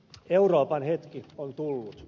euroopan hetki on tullut